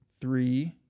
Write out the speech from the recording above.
three